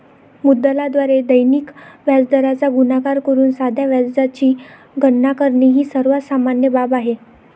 मुद्दलाद्वारे दैनिक व्याजदराचा गुणाकार करून साध्या व्याजाची गणना करणे ही सर्वात सामान्य बाब आहे